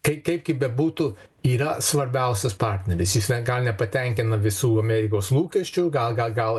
kai kai bebūtų yra svarbiausias partneris jis ten gal nepatenkina visų amerikos lūkesčių gal gal gal